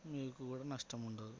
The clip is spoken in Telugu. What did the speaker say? మీకు కూడా నష్టం ఉండదు